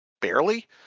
barely